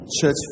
church